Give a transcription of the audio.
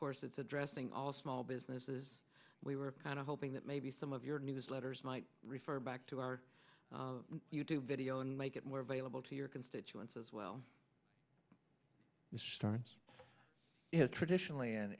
corsets addressing all small businesses we were kind of hoping that maybe some of your newsletters might refer back to our you tube video and make it more available to your constituents as well as starts traditionally and